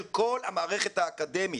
של כל המערכת האקדמית.